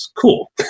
Cool